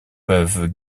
peuvent